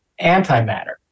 antimatter